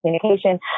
communication